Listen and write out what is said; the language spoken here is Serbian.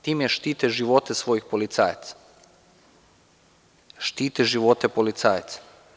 Time štite živote svojih policajaca, štite živote policajaca.